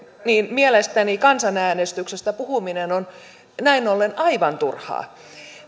mielestäni kansanäänestyksestä puhuminen on näin ollen aivan turhaa